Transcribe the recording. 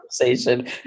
conversation